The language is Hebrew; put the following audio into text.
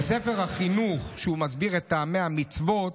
ב"ספר החינוך", שמסביר את טעמי המצוות,